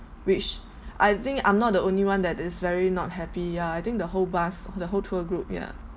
which I think I'm not the only one that is very not happy ya I think the whole bus the whole tour group yeah